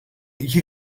iki